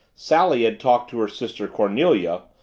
sally had talked to her sister cornelia.